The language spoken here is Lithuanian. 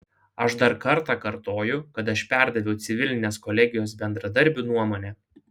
aš dar kartą kartoju kad aš perdaviau civilinės kolegijos bendradarbių nuomonę